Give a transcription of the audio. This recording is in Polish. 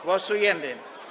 Głosujemy.